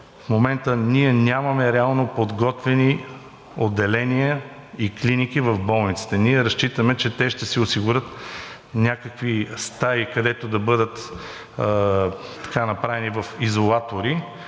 в момента ние нямаме реално подготвени отделения и клиники в болниците. Ние разчитаме, че те ще си осигурят някакви стаи, където да бъдат направени изолатори,